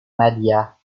madhya